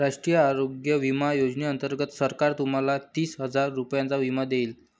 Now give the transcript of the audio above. राष्ट्रीय आरोग्य विमा योजनेअंतर्गत सरकार तुम्हाला तीस हजार रुपयांचा विमा देईल